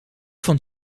van